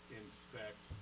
inspect